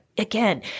Again